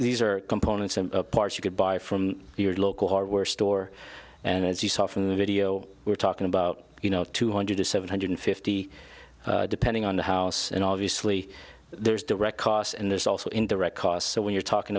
these are components and parts you could buy from your local hardware store and as you saw from the video we're talking about you know two hundred to seven hundred fifty depending on the house and obviously there's direct cost and there's also indirect cost so when you're talking